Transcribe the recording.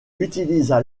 utilisa